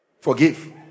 Forgive